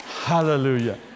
hallelujah